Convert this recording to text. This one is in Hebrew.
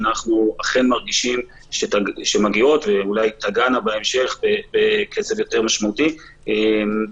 שאנחנו אכן מרגישים שמגיעות ואולי יגיעו בהמשך בקצב משמעותי יותר,